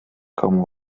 komu